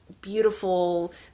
beautiful